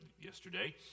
yesterday